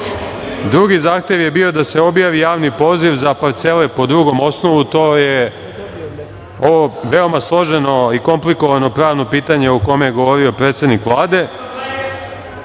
drugi zahtev je bio da se objavi javni poziv za parcele po drugom osnovu. To je veoma složeno i komplikovano pravno pitanje o kome je govorio predsednik Vlade.